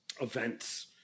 events